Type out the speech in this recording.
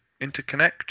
interconnect